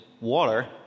water